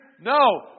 No